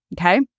Okay